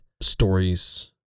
stories